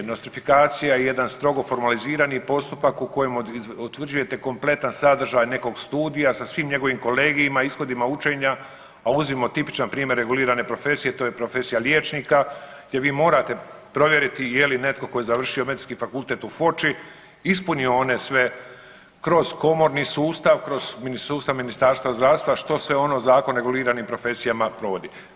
Nostrifikacija je jedan strogo formalizirani postupak u kojem utvrđujete kompletan sadržaj nekog studija sa svim njegovim kolegijima, ishodima učenja, a uzmimo tipičan primjer regulirane profesije, to je profesija liječnika gdje vi morate provjerit je li netko tko je završio medicinski fakultet u Foči ispunio one sve kroz komorni sustav, kroz sustav Ministarstva zdravstva što sve ono Zakon o reguliranim profesijama provodi.